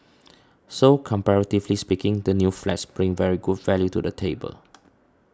so comparatively speaking the new flats bring very good value to the table